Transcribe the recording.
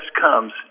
comes